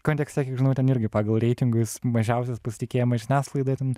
kontekste kiek žinau ten irgi pagal reitingus mažiausias pasitikėjimas žiniasklaida ten